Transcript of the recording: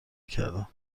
کردم